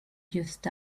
used